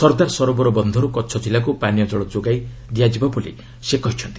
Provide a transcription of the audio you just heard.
ସର୍ଦ୍ଦାର ସରୋବର ବନ୍ଧରୁ କଚ୍ଛ ଜିଲ୍ଲାକୁ ପାନୀୟ ଜଳ ଯୋଗାଇ ଦିଆଯିବ ବୋଲି ସେ କହିଛନ୍ତି